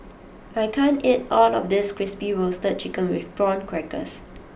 I can't eat all of this Crispy Roasted Chicken with Prawn Crackers